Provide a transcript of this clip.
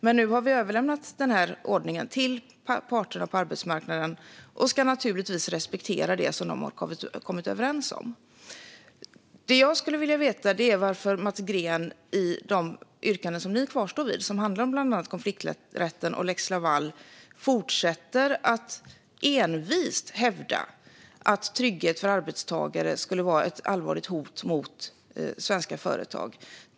Men nu har vi överlämnat den här ordningen till parterna på arbetsmarknaden och ska naturligtvis respektera det som de har kommit överens om. Det jag skulle vilja veta är varför Mats Green i de yrkanden som Moderaterna kvarstår vid, som bland annat handlar om konflikträtten och lex Laval, fortsätter att envist hävda att trygghet för arbetstagare skulle vara ett allvarligt hot mot svenska företag.